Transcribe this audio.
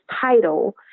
title